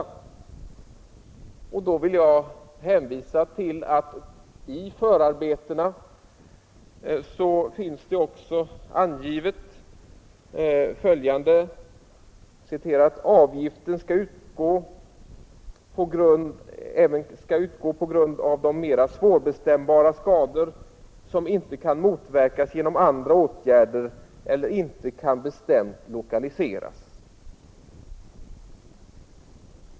Då vill jag hänvisa till att det i förarbetena också finns angivet följande: Avgiften skall utgå på grund av de mer svårbestämbara skador som inte kan motverkas genom andra åtgärder eller inte kan bestämt lokaliseras.